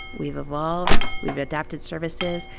we've evolved. we've adapted services.